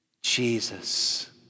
Jesus